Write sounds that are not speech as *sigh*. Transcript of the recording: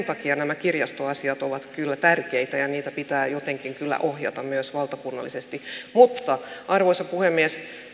*unintelligible* takia nämä kirjastoasiat ovat kyllä tärkeitä ja niitä pitää jotenkin kyllä ohjata myös valtakunnallisesti mutta arvoisa puhemies